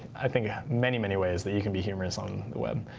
i think, many, many ways that you can be humorous on the web.